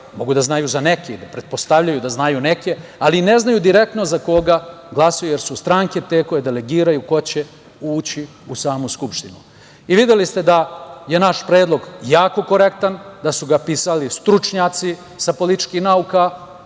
mogu da znaju za neke ili da pretpostavljaju da znaju neke, ali ne znaju direktno za koga glasaju, jer su stranke te koje delegiraju ko će ući u samu Skupštinu. Videli ste da je naš predlog jako korektan, da su ga pisali stručnjaci sa političkih nauka,